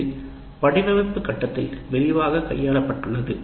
இது வடிவமைப்பு கட்டத்தில் விரிவாக கையாளப்பட்டுள்ளது